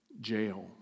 Jail